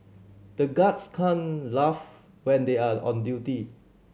the guards can't laugh when they are on duty